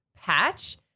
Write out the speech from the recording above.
patch